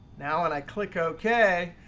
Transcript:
now when i click ok,